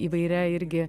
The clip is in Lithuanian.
įvairia irgi